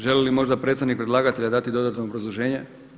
Želi li možda predstavnik predlagatelja dati dodatno obrazloženje?